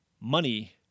Money